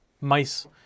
mice